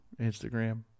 Instagram